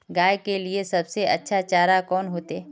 गाय के लिए सबसे अच्छा चारा कौन होते?